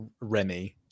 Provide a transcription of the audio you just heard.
Remy